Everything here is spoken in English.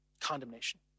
Condemnation